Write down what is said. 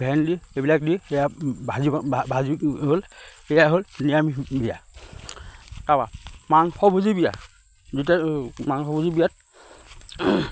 ভেন্দি এইবিলাক দি সেয়া ভাজি ভাজি হ'ল এয়া হ'ল নিৰামিষ বিয়া তাৰপৰা মাংসভোজী বিয়া দুটাই মাংসভোজী বিয়াত